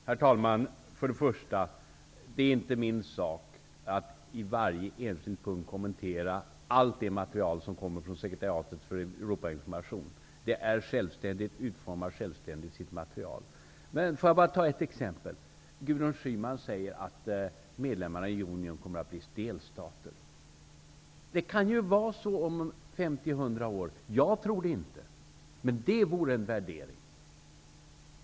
Herr talman! För det första är det inte min sak att på varje enskild punkt kommentera allt det material som kommer från Sekretariatet för Europainformation. Det är självständigt och utformar självständigt sitt material. Får jag bara ta ett exempel. Gudrun Schyman säger att medlemmarna i unionen kommer att bli delstater. Det kan vara så om 50--100 år. Jag tror det inte. Men det vore en värdering.